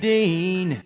Dean